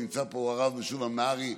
נמצא פה הרב משולם נהרי,